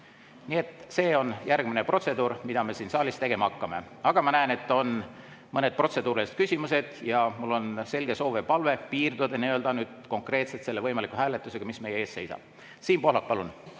Nii et see on järgmine protseduur, mida me siin saalis tegema hakkame. Aga ma näen, et on mõned protseduurilised küsimused. Mul on selge soov ja palve piirduda nüüd konkreetselt selle võimaliku hääletusega, mis meie ees seisab. Siim Pohlak, palun!